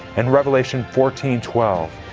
in revelation fourteen twelve,